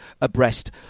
abreast